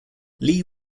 lee